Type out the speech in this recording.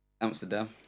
Amsterdam